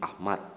Ahmad